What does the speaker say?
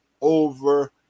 over